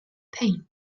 pain